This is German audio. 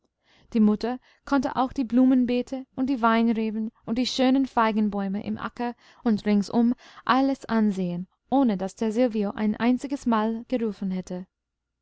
die mutter konnte auch die blumenbeete und die weinreben und die schönen feigenbäume im acker und ringsum alles ansehen ohne daß der silvio ein einziges mal gerufen hätte